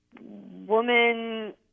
woman